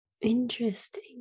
Interesting